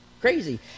Crazy